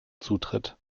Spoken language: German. zutritt